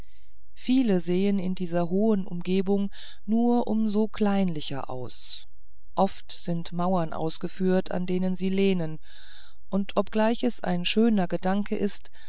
viele sehen in dieser hohen umgebung nur um so kleinlicher aus oft sind mauern aufgeführt an die sie lehnen und obgleich es ein schöner gedanke ist